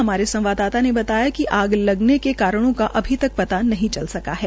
हमारे संवाददाता ने बताया कि आग लगने के कारणों का अभी पता नहीं चल सका है